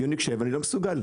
ביוניק 7 אני לא מסוגל,